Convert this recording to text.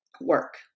work